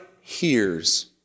hears